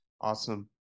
Awesome